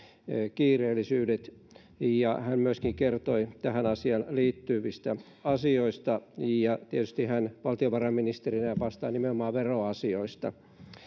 kiireellisyydet hän myöskin kertoi tähän asiaan liittyvistä asioista ja tietysti hän valtiovarainministerinä vastaa nimenomaan veroasioista